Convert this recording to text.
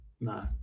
no